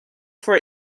for